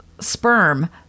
sperm